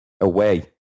away